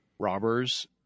Robbers